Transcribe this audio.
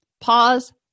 pause